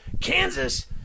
Kansas